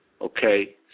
Okay